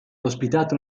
ospitato